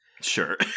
Sure